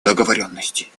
договоренностей